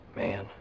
man